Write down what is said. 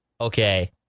okay